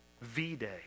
V-Day